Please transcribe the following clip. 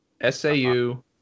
S-A-U